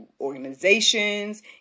organizations